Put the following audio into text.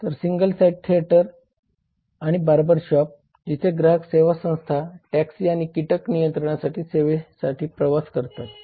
तर single site theatre आणि barber shop जिथे ग्राहक सेवा संस्था टॅक्सी आणि कीटक नियंत्रण सेवेसाठी प्रवास करतात